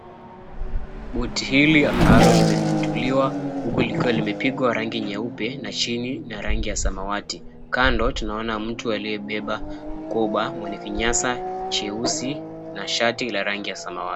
Boti hili ambalo limepinduliwa huku likiwa limepigwa rangi nyeupe na chini na rangi ya samawati. Kando tunaona mtu aliyebeba mkoba mwenye kinyasa cheusi na shati la rangi ya samawati.